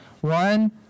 One